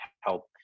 help